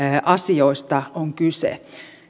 asioista on kyse